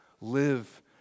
live